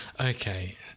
Okay